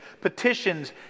petitions